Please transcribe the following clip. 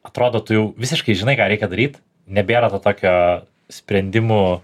atrodo tu jau visiškai žinai ką reikia daryt nebėra to tokio sprendimų